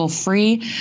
free